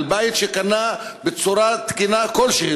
על בית שקנה בצורה תקינה כלשהי,